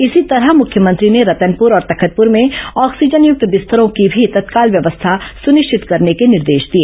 इसी तरह मुख्यमंत्री ने रतनपुर और तखतपुर में ऑक्सीजनयुक्त बिस्तरों की भी तत्काल व्यवस्था सुनिश्चित करने के निर्देश दिए